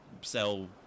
sell